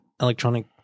electronic